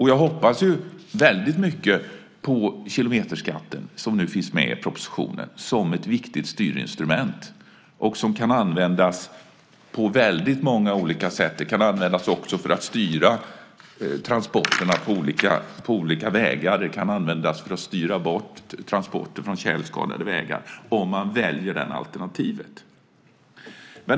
Jag hoppas ju väldigt mycket på kilometerskatten, som nu finns med i propositionen, som ett viktigt styrinstrument. Den kan användas på väldigt många olika sätt. Den kan användas för att styra transporterna på olika vägar. Den kan användas för att styra bort transporter från tjälskadade vägar om man väljer det alternativet.